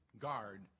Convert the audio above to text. guard